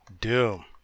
Doom